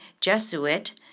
Jesuit